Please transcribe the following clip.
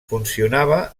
funcionava